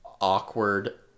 awkward